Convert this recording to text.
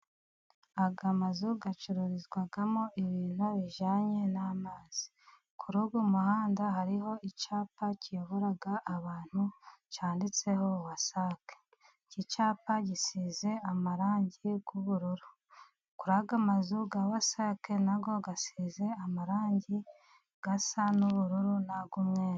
Aya mazu, acururizwamo ibintu bijyanye n’amazi. Kuri uyu muhanda, hariho icyapa, kiyobora abantu, cyanditseho WASAC. Iki cyapa, gisize amarangi y’ubururu. Kuri aya mazu ya WASAC, nayo asize amarangi asa n’ubururu n’ay’umweru.